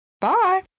Bye